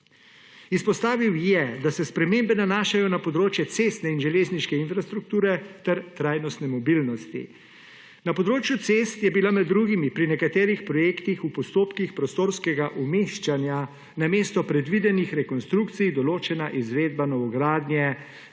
Izpostavil je, da se spremembe nanašajo na področje cestne in železniške infrastrukture ter trajnostne mobilnosti. Na področju cest je bila med drugim pri nekaterih projektih v postopkih prostorskega umeščanja namesto predvidenih rekonstrukcij določena izvedba novogradnje